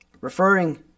referring